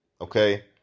Okay